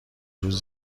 روز